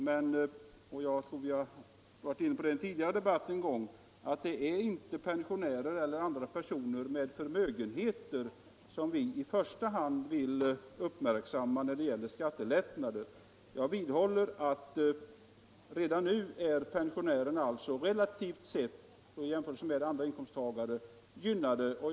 Men — och jag tror att vi har varit inne på det i en tidigare debatt — det är inte pensionärer eller andra personer med förmögenheter som vi i första hand vill uppmärksamma när det gäller skattelättnader. Jag vidhåller att pensionärerna redan nu i jämförelse med andra inkomsttagare är relativt gynnade.